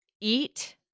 eat